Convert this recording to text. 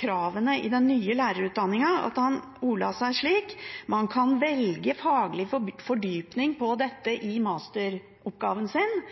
kravene i den nye lærerutdanningen, ordla seg slik: Man kan velge faglig fordypning på dette i masteroppgaven sin.